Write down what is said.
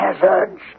hazards